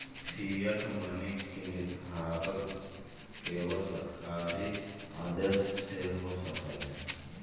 fiat money के निर्धारण केवल सरकारी आदेश से हो सकऽ हई